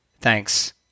thanks